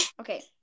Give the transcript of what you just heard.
Okay